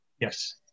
yes